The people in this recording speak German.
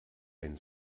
ein